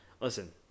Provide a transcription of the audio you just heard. listen